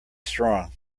strong